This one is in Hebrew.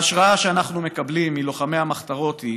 ההשראה שאנחנו מקבלים מלוחמי המחתרות היא